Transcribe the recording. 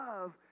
love